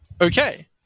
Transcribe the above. Okay